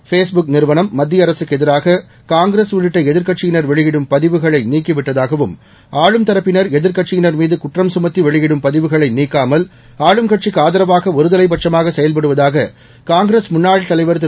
Facebook நிறுவனம் மத்திய அரசுக்கு எதிராக காங்கிரஸ் உள்ளிட்ட எதிர்க் கட்சியினர் வெளியிடும் பதிவுகளை நீக்கிவிட்டதாகவும் தரப்பினர் எதிர்க்கட்சியினர் மீது குற்றம்சுமத்தி வெளியிடும் பதிவுகளை நீக்காமல் ஆளும்கட்சிக்கு ஆதரவாக ஒருதலைபட்சமாக செயல்படுவதாக காங்கிரஸ் முன்னாள் தலைவர் திரு